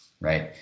Right